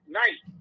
night